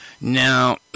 Now